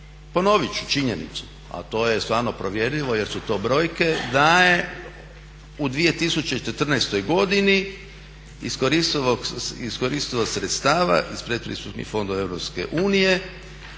ponoviti ću činjenicu a to je stvarno provjerljivo jer su to brojke da je u 2014. godini iskoristivost sredstava iz predpristupnih fondova